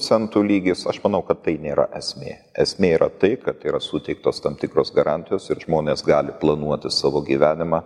centų lygis aš manau kad tai nėra esmė esmė yra tai kad yra suteiktos tam tikros garantijos ir žmonės gali planuoti savo gyvenimą